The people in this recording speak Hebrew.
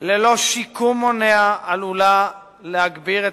ללא שיקום מונע עלולה להגביר את